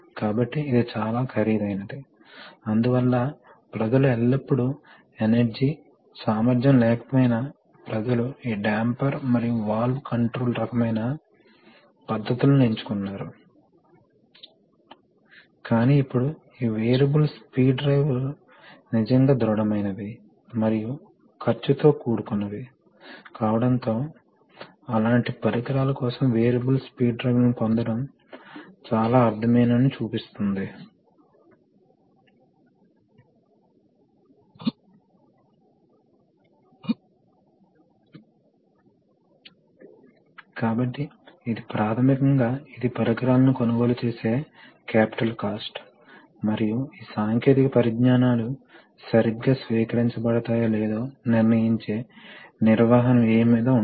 కాబట్టి ఏమి జరుగుతుందంటే లో ప్రెషర్ సోర్స్ వాస్తవానికి ఈ బిందువుతో అనుసంధానించబడిందని చూడండి ఇది మూసివేయబడింది కాబట్టి ఈ కదలిక వాస్తవానికి సంభవిస్తుంది మరియు ఇది exhaust కి వెళ్తుంది కాబట్టి ఇది తిరిగి వచ్చే స్థానం మరోవైపు అది ఈ విధంగా కదులుతుంది కాబట్టి ఈ లోడ్ రాడ్ తో అనుసంధానించబడుతుంది కాబట్టి అది లోడ్ ని నెట్టేటప్పుడు ఆ సమయంలో ఇది అధిక ప్రెషర్ స్థానం అయితే HP ఫార్వర్డ్ స్థానం కాబట్టి ఆ సందర్భంలో హై ప్రెషర్ సోర్స్ ఉపయోగించి దీన్ని నిజంగా డ్రైవ్ చేయవచ్చు